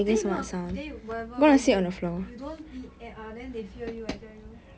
then you know uh then you whatever but you you don't then they fail you I tell you